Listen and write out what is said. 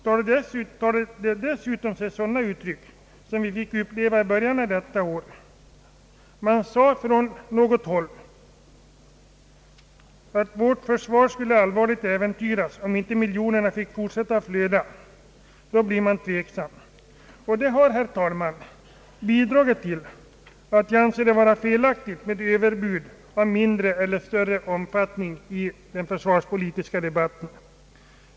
Tar det sig dessutom sådana uttryck som vi fick uppleva i början av detta år, då det från något håll sades att vårt försvar allvarligt skulle äventyras om inte miljonerna fick fortsätta att flöda, då blir man tveksam. Det har, herr talman, bidragit till att jag anser det vara felaktigt med överbud av större eller mindre omfattning i den försvarspolitiska debatten.